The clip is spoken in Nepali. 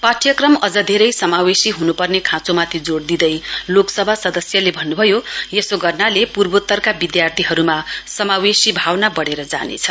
पाठ्यक्रम अझ धेरै समावेशी हुनुपर्ने खाँचोमाथि जोड़ दिँदै लोकसभा सदस्यले भन्नुभयो यसो गर्नाले पूर्वोत्तरका विद्यार्थीहरुना समावेशी भावना बढ़ेर जानेछ